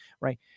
right